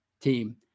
team